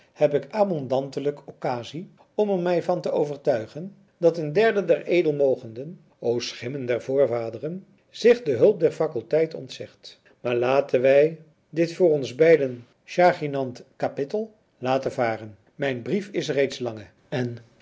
heb ik abondantelijk occasie om er mij van te overtuigen dat een derde der edelmogenden o schimmen der voorvaderen zich de hulp der faculteit ontzegt maar laten wij dit voor ons beiden chagrinant capittel laten varen mijn brief is reeds lange en